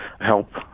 help